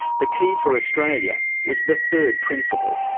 the key for australia was the third principle.